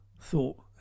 thought